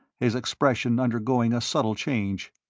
his expression undergoing a subtle change.